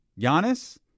Giannis